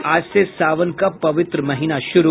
और आज से सावन का पवित्र महीना शुरू